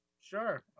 sure